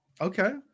Okay